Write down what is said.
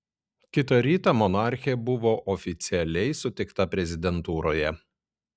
kitą rytą monarchė buvo oficialiai sutikta prezidentūroje